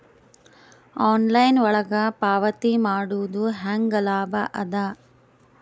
Online ಒಳಗ ಪಾವತಿ ಮಾಡುದು ಹ್ಯಾಂಗ ಲಾಭ ಆದ?